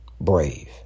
brave